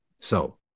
So-